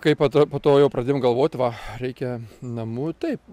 kai pa to po to jau pradėjom galvot va reikia namų taip